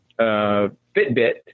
fitbit